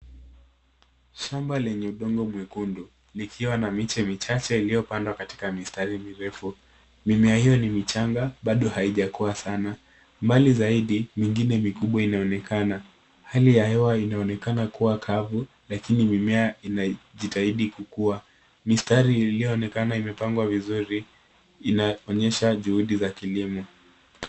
Shamba lenye udongo mwekundu, likiwa na miche michache iliyopandwa katika mistari mirefu. Mimea hiyo ni michanga, bado haijakua sana. Mbali zaidi, mingine mikubwa inaonekana. Hali ya hewa inaonekana kuwa kavu, lakini mimea inajitahidi kukua. Mistari lilioonekana imepangwa vizuri inaonyesha juhudi za kilimo.